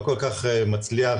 לא כל-כך מצליח.